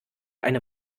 eine